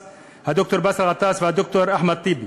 ד"ר באסל גטאס וד"ר אחמד טיבי.